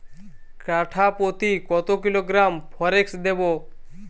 কাঠাপ্রতি কত কিলোগ্রাম ফরেক্স দেবো?